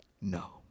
no